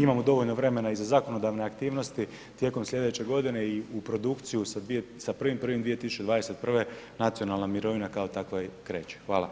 imamo dovoljno vremena i za zakonodavne aktivnosti tijekom slijedeće godine i u produkciju sa 1.1.2021. nacionalna mirovina kao takva kreće, hvala.